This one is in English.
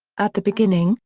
at the beginning,